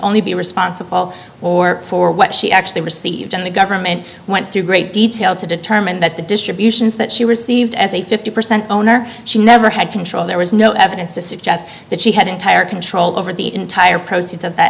only be responsible or for what she actually received and the government went through great detail to determine that the distributions that she received as a fifty percent owner she never had control there was no evidence to suggest that she had entire control over the entire proceeds of that